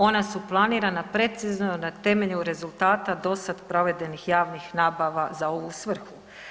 Ona su planirana precizno na temelju rezultata do sada provedenih javnih nabava za ovu svrhu.